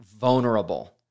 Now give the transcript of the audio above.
vulnerable